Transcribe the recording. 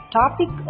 topic